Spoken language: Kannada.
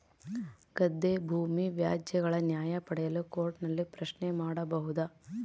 ಗದ್ದೆ ಭೂಮಿ ವ್ಯಾಜ್ಯಗಳ ನ್ಯಾಯ ಪಡೆಯಲು ಕೋರ್ಟ್ ನಲ್ಲಿ ಪ್ರಶ್ನೆ ಮಾಡಬಹುದಾ?